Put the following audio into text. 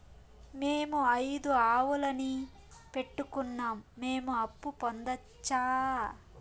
మేము ఐదు ఆవులని పెట్టుకున్నాం, మేము అప్పు పొందొచ్చా